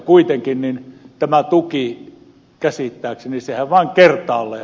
kuitenkin tämä tukihan käsittääkseni se avaa tien alle